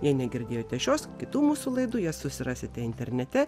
jei negirdėjote šios kitų mūsų laidų jas susirasite internete